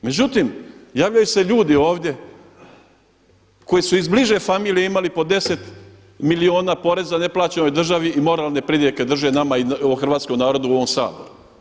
Međutim, javljaju se ljudi ovdje koji su iz bliže familije imali po 10 milijuna poreza neplaćeno državi i moralne prodike drže nama i hrvatskom narodu ovdje u ovom Saboru.